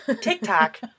TikTok